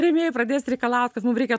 rėmėjai pradės reikalaut kad mum reikia